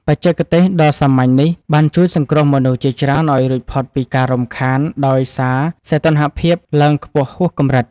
បច្ចេកទេសដ៏សាមញ្ញបែបនេះបានជួយសង្គ្រោះមនុស្សជាច្រើនឱ្យរួចផុតពីការរំខានដោយសារសីតុណ្ហភាពឡើងខ្ពស់ហួសកម្រិត។